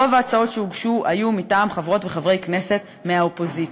רוב ההצעות שהוגשו היו מטעם חברות וחברי כנסת מהאופוזיציה.